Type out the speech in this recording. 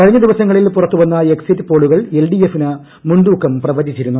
കഴിഞ്ഞ ദിവസങ്ങളിൽ പുറത്തുവന്ന എക്സിറ്റ്പോളുകൾ എൽഡിഎഫിന് മുൻതൂക്കം പ്രവചിച്ചിരുന്നു